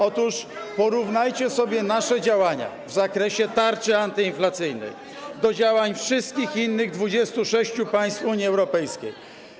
Otóż porównajcie sobie nasze działania w zakresie tarczy antyinflacyjnej z działaniami wszystkich innych 26 państw Unii Europejskiej.